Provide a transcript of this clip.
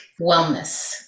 wellness